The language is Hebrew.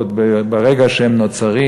עוד ברגע שהם נוצרים,